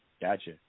Gotcha